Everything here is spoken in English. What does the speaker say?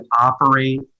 operate